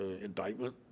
indictment